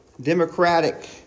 democratic